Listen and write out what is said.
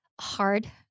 hard